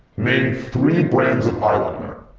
name three brands of eyeliner.